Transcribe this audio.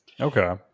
Okay